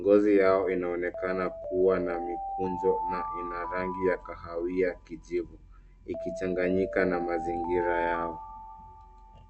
Ngozi yao inaonekana kuwa na mikunjo na ina rangi ya kahawia kijivu ikichanganyika na mazingira yao.